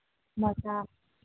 ꯃꯖꯥ